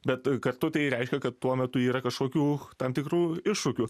bet kartu tai ir reiškia kad tuo metu yra kažkokių tam tikrų iššūkių